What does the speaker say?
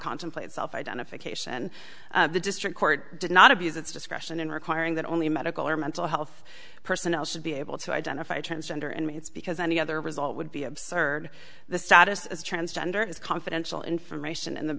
contemplate self identification the district court did not abuse its discretion in requiring that only medical or mental health personnel should be able to identify transgender and it's because any other result would be absurd the status is transgender it's confidential information in the